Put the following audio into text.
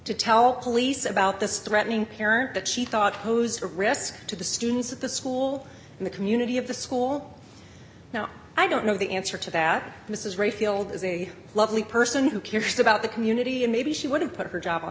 to tell police about this threatening parent that she thought posed a risk to the students at the school and the community of the school now i don't know the answer to that mrs rayfield is a lovely person who cares about the community and maybe she would have put her job on